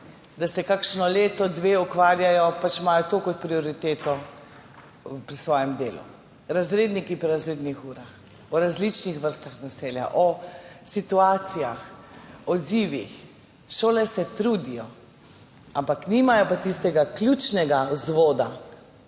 da se kakšno leto, dve ukvarjajo, pač imajo to kot prioriteto pri svojem delu, razredniki pri razrednih urah, o različnih vrstah nasilja, o situacijah, odzivih. Šole se trudijo, nimajo pa tistega ključnega vzvoda,